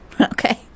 okay